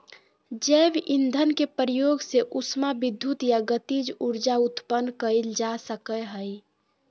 जैव ईंधन के प्रयोग से उष्मा विद्युत या गतिज ऊर्जा उत्पन्न कइल जा सकय हइ